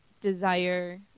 desire